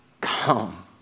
come